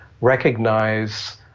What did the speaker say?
recognize